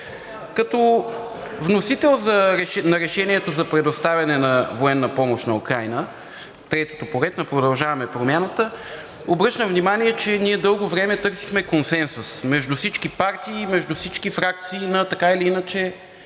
Като вносител на Решението за предоставяне на военна помощ на Украйна, третото по ред на „Продължаваме Промяната“, обръщам внимание, че ние дълго време търсихме консенсус между всички партии и между всички фракции на така или иначе